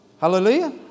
Hallelujah